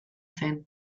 zen